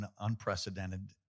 unprecedented